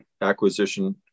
acquisition